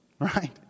right